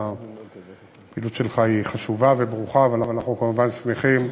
בין הסכנות הרבות הטמונות בכביש יש סכנה שאנו עצמנו יצרנו,